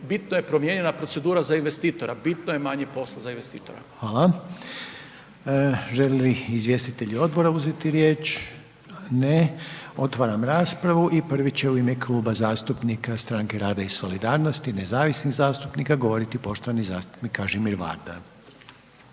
bitno je promijenjena procedura za investitora, bitno je manje posla za investitora. **Reiner, Željko (HDZ)** Hvala. Žele li izvjestitelji odbora uzeti riječ? Ne, otvaram raspravu i prvi će u ime Kluba zastupnika Stranke rada i solidarnosti, nezavisnih zastupnika govoriti poštovani zastupnik Kažimir Varda.